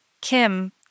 Kim